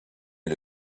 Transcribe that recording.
est